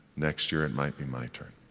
next year it might be my turn.